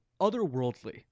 otherworldly